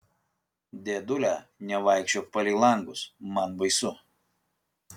dėdule nevaikščiok palei langus man baisu